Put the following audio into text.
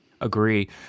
Agree